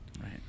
right